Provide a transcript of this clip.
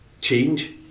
change